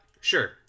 Sure